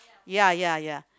ya ya ya